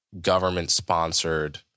government-sponsored